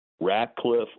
Ratcliffe